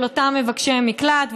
של אותם מבקשי מקלט,